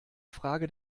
frage